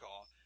off